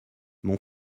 mon